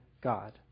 God